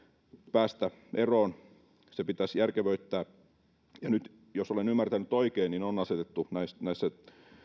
päästä eroon se pitäisi järkevöittää nyt jos olen ymmärtänyt oikein niin on asetettu näissä